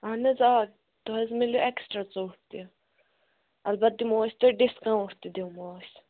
اَہَن حظ آ تُہۍ حظ میلیو ایٚکٕسٹرا ژوٚٹ تہِ البتہٕ دِمہو أسۍ تۄہہِ ڈِسکاوُنٛٹ تہِ دِمہو أسۍ